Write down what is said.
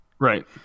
right